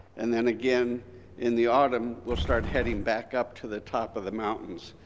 and then again in the autumn will start heading back up to the top of the mountains,